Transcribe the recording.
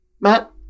Matt